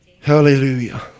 Hallelujah